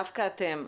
דווקא אתם,